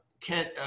kent